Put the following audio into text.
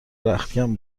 رختکن